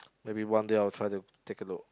maybe one day I'll try to take a look